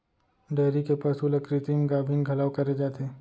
dairy के पसु ल कृत्रिम गाभिन घलौ करे जाथे